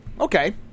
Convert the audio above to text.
Okay